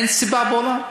אין סיבה בעולם.